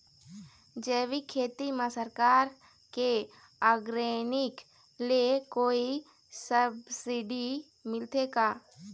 जैविक खेती म सरकार के ऑर्गेनिक ले कोई सब्सिडी मिलथे का?